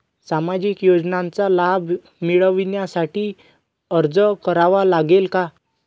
सामाजिक योजनांचा लाभ मिळविण्यासाठी अर्ज करावा लागेल का?